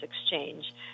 exchange